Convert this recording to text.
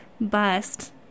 bust